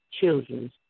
children